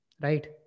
Right